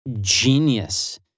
genius